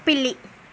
పిల్లి